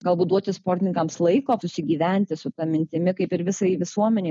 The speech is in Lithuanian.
galbūt duoti sportininkams laiko susigyventi su ta mintimi kaip ir visai visuomenei